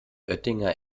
oettinger